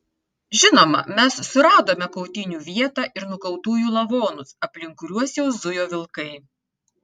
žinoma mes suradome kautynių vietą ir nukautųjų lavonus aplink kuriuos jau zujo vilkai